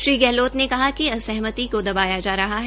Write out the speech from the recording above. श्री गहलौत ने कहा कि असहमति को दबाया जा रहा है